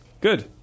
Good